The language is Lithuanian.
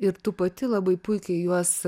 ir tu pati labai puikiai juos